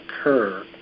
occur